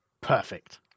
Perfect